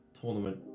tournament